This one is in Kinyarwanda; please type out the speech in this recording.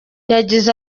yagize